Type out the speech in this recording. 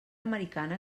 americana